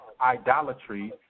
idolatry